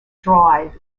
drive